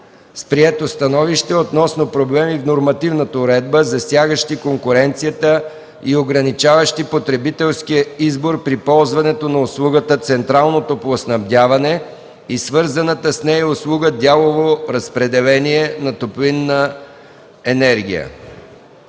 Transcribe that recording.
прието становище относно проблеми в нормативната уредба, засягащи конкуренцията и ограничаващи потребителския избор при ползването на услугата „централно топлоснабдяване” и свързаната с нея услуга „дялово разпределение” на топлинна енергия.